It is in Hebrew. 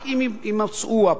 ורק אם הם יועמדו לדין,